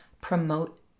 promote